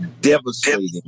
devastating